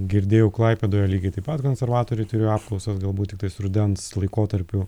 girdėjau klaipėdoje lygiai taip pat konservatoriai turėjo apklausas galbūt tiktais rudens laikotarpiu